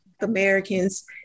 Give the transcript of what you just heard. Americans